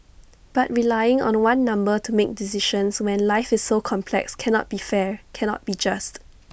but relying on one number to make decisions when life is so complex cannot be fair cannot be just